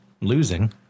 Losing